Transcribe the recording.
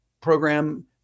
program